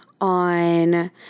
on